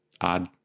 odd